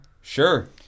Sure